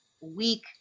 week